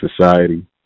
society